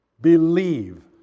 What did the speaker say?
believe